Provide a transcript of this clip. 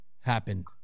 happen